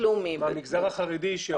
שיגיעו מהמגזר החרדי.